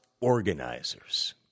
organizers